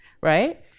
right